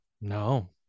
no